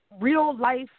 real-life